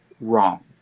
wrong